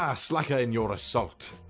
ah slakke ah in your assaut.